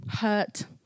hurt